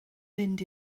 fynd